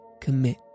commit